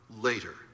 later